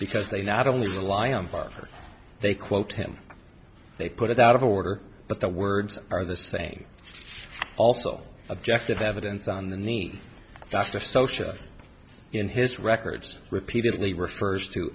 because they not only rely on parker they quote him they put it out of order but the words are the same also objective evidence on the need after soche or in his records repeatedly refers to